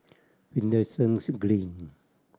Finlayson Green